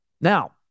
Now